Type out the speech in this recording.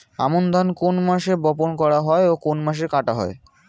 আমন ধান কোন মাসে বপন করা হয় ও কোন মাসে কাটা হয়?